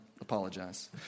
apologize